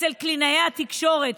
אצל קלינאי התקשורת,